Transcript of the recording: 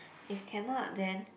if cannot then